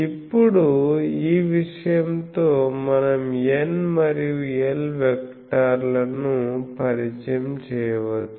ఇప్పుడు ఈ విషయంతో మనం N మరియు L వెక్టర్లను పరిచయం చేయవచ్చు